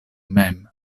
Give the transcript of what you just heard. mem